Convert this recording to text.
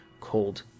cold